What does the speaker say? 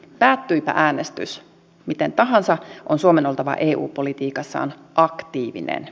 päättyipä äänestys miten tahansa on suomen oltava eu politiikassaan aktiivinen